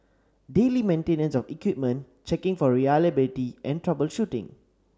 daily maintenance of equipment checking for reliability and troubleshooting